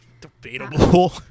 debatable